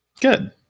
good